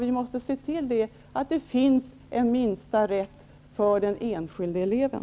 Vi måste se till att det finns en minsta rätt för den enskilde eleven.